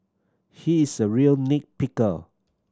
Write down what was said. he is a real nit picker